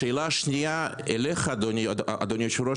השאלה השנייה היא אליך אדוני היושב ראש